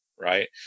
Right